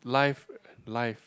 live live